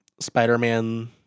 Spider-Man